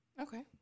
Okay